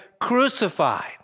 crucified